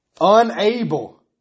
Unable